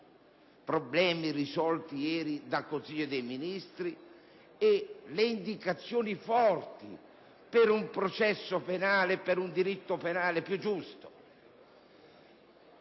problemi risolti ieri dal Consiglio dei ministri e le indicazioni forti per un diritto penale più giusto.